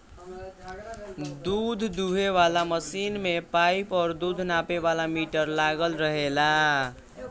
दूध दूहे वाला मशीन में पाइप और दूध नापे वाला मीटर लागल रहेला